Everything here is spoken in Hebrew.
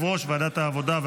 אני קובע כי הצעת חוק לתיקון